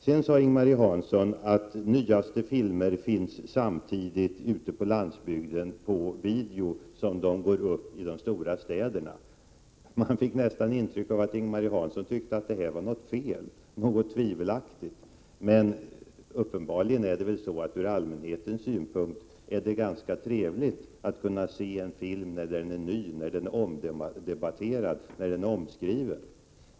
Ing-Marie Hansson sade också att de nyaste filmerna finns på video ute på landsbygden samtidigt som de går upp på biografer i de stora städerna, och man fick nästan det intrycket att Ing-Marie Hansson tyckte att det var något fel i detta, något tvivelaktigt. Men från allmänhetens synpunkt måste det vara trevligt att få se en film medan den är ny och omskriven.